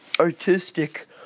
Artistic